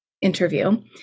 interview